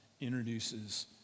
introduces